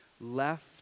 left